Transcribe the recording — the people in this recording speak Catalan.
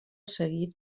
seguit